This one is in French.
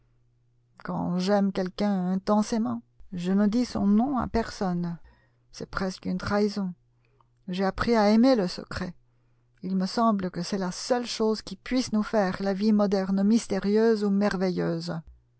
quand j'aime quelqu'un intensément je ne dis son nom à personne c'est presque une trahison j'ai appris à aimer le secret il me semble que c'est la seule chose qui puisse nous faire la vie moderne mystérieuse ou merveilleuse